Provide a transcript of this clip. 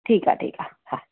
ठीकु आहे ठीकु आहे हा